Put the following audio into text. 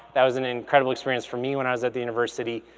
that was an incredible experience for me when i was at the university.